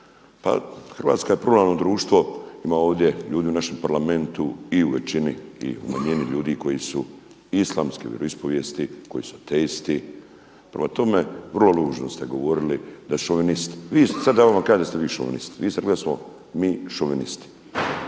pa Hrvatska je pluralno društvo, ima ovdje ljudi u našem Parlamentu i u većini i u manjini ljudi koji su islamske vjeroispovijesti, koji su ateisti. Prema tome vrlo ružno ste govorili da šovinist, sada da ja vama kažem da ste vi šovinist. … da smo šovinisti.